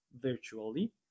virtually